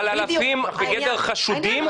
אבל אלפים בגדר חשודים,